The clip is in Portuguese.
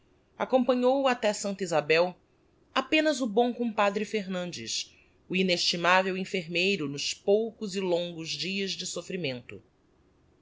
acompanhou-o até santa isabel apenas o bom compadre fernandes o inestimavel enfermeiro nos poucos e longos dias de soffrimento